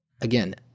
again